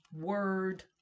word